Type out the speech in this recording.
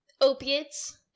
opiates